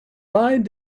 lied